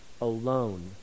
alone